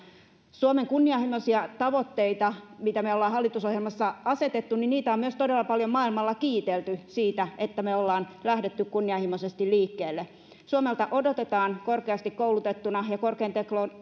suomen kunnianhimoisia tavoitteita joita me olemme hallitusohjelmassa asettaneet on myös todella paljon maailmalla kiitelty ja sitä että me olemme lähteneet kunnianhimoisesti liikkeelle suomelta odotetaan korkeasti koulutettuna ja korkean